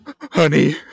honey